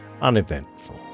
uneventful